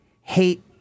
hate